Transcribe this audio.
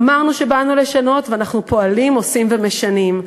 אמרנו שבאנו לשנות, ואנחנו פועלים, עושים ומשנים.